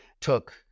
took